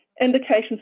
Indications